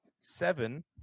seven